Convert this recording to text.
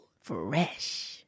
fresh